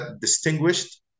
distinguished